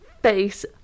face